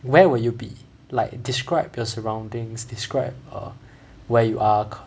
where will you be like describe your surroundings describe err where you are